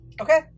Okay